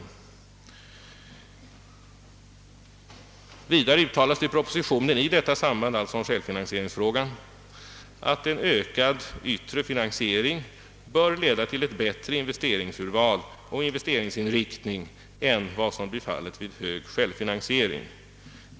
Vidare uttalas i propositionen att en ökad yttre finansiering bör leda till ett bättre investeringsurval och en bättre investeringsinriktning än vad som blir fallet vid hög självfinansiering.